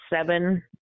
seven